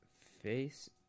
Face